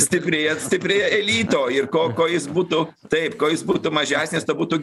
stiprėja stiprėja elito ir ko kuo jis būtų taip kuo jis būtų mažesnis tuo būtų